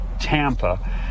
Tampa